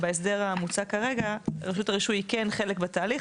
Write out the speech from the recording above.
בהסדר המוצע כרגע רשות הרישוי היא כן חלק בתהליך,